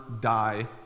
die